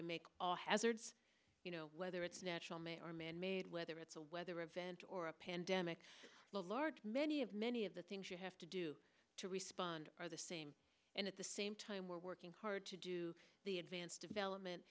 to make all hazards you know whether it's natural may or manmade whether it's a weather event or a pandemic a large many of many of the things you have to do to respond are the same and at the same time we're working hard to do the advance development